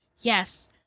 Yes